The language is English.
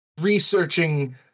researching